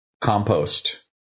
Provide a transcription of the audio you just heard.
compost